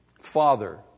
Father